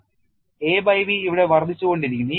a by B ഇവിടെ വർദ്ധിച്ചുകൊണ്ടിരിക്കുന്നു